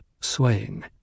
swaying